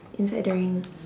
inside the ring